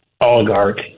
oligarch